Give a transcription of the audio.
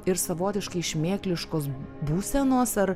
ir savotiškai šmėkliškos būsenos ar